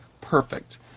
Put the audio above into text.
perfect